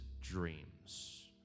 dreams